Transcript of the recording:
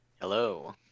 Hello